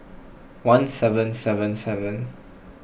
one seven seven seven